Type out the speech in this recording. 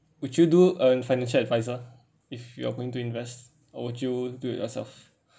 would you do uh financial advisor if you are going to invest or would you do it yourself